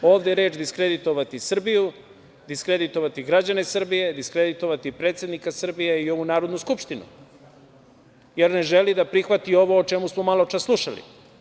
Ovde je reč diskreditovati Srbiju, diskreditovati građane Srbije, diskreditovati predsednika Srbije i ovu Narodnu skupštinu, jer ne želi da prihvati ovo o čemu smo maločas slušali.